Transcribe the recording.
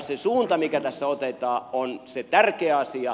suunta mikä tässä otetaan on se tärkeä asia